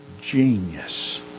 genius